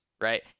right